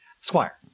Squire